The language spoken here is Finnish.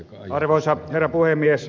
arvoisa herra puhemies